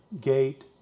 gate